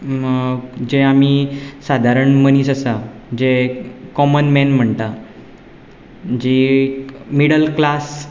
जें आमी सादारण मनीस आसा जे कॉमन मॅन म्हणटा जी मिडल क्लास